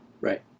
Right